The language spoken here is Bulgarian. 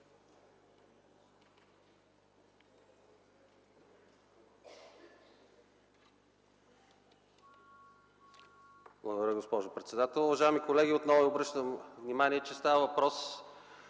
Благодаря, госпожо председател. Уважаеми колеги, отново ви обръщам внимание, че става въпрос